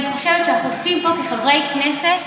אני חושבת שאנחנו מדליקים פה כחברי כנסת